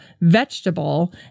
vegetable